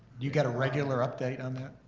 you got a regular update on that?